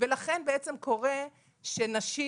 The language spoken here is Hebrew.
לכן נשים,